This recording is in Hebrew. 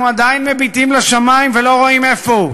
אנחנו עדיין מביטים לשמים ולא רואים איפה הוא.